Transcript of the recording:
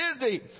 busy